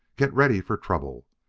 get ready for trouble.